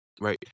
right